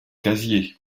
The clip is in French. casier